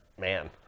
man